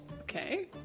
Okay